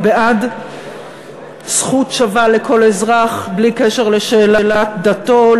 אני בעד זכות שווה לכל אזרח בלי קשר לשאלת דתו,